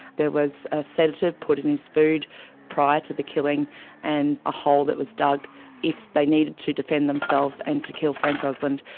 there was a sedative put in his food prior to the killing and a hole that was dug if they needed to defend themselves and to kill frank osland,